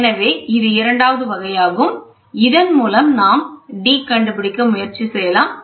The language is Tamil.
எனவே இது இரண்டாவது வகையாகும் இதன் மூலம் நாம் d கண்டுபிடிக்க முயற்சி செய்யலாம்